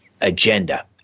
agenda